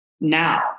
now